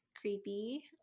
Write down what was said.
creepy